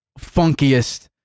funkiest